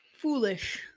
Foolish